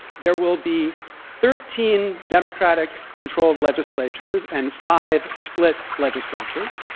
there will be thirteen democratic-controlled legislatures, and five split legislatures,